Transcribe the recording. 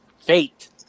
Fate